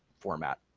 format.